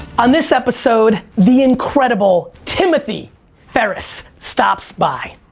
on this episode, the incredible timothy ferris stops by.